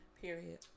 Period